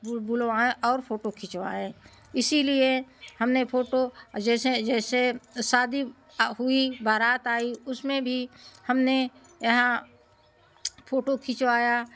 bull बुलवाएँ और photo खिंचवाएं इसीलिए हमने फ़ोटो जैसे जैसे शादी आ हुई बारात आई उसमें भी हमने यहाँ फ़ोटो खिंचवाया